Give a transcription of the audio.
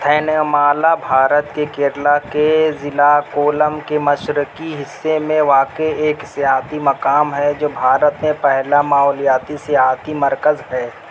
تھینیمالا بھارت کے کیرلا کے ضلع کولم کے مشرقی حصے میں واقع ایک سیاحتی مقام ہے جو بھارت میں پہلا ماحولیاتی سیاحتی مرکز ہے